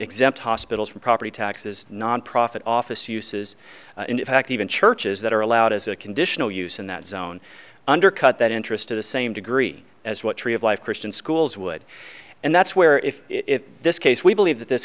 exempt hospitals from property taxes nonprofit office uses in fact even churches that are allowed as a conditional use in that zone undercut that interest to the same degree as what tree of life christian schools would and that's where if this case we believe that this